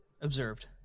observed